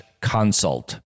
consult